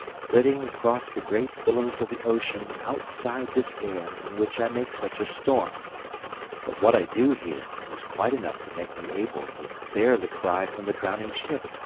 flitting across the great billows of the ocean outside this air in which i make such a storm but what i do hear is quite enough to make me able to bear the cry from the drowning ship.